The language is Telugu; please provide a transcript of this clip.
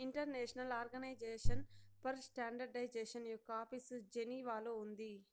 ఇంటర్నేషనల్ ఆర్గనైజేషన్ ఫర్ స్టాండర్డయిజేషన్ యొక్క ఆఫీసు జెనీవాలో ఉంది